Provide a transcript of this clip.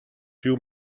few